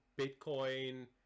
bitcoin